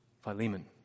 Philemon